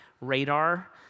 radar